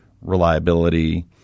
reliability